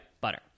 butter